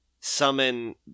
summon